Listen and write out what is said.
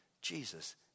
Jesus